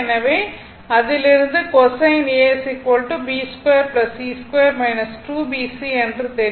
எனவே அதிலிருந்து cosine A b2 c2 2bc என்று தெரியும்